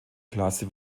klasse